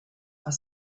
are